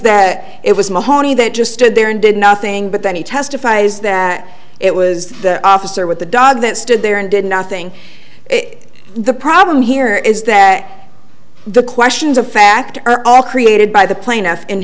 that it was mahoney that just stood there and did nothing but then he testifies that it was the officer with the dog that stood there and did nothing the problem here is that the questions of fact are created by the plaintiff